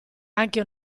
anche